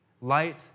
Light